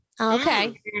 okay